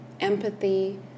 empathy